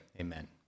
amen